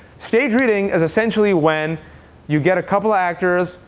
staged reading is essentially when you get a couple actors,